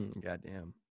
Goddamn